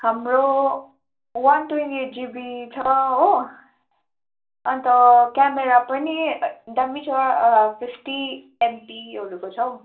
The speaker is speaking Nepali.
हाम्रो वान ट्वेन्टी एट जिबी छ हो अन्त क्यामेरा पनि दाम्मी छ फिफ्टी एमपीहरूको छ हौ